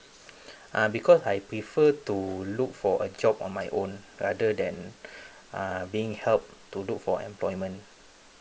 uh because I prefer to look for a job on my own rather then being helped to look for employment